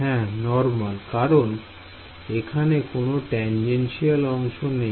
হ্যাঁ নর্মাল কারণ এখানে কোন টানজেনশিয়াল অংশ নেই